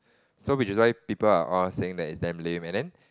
so we should let it people are all saying that it's damn lame and then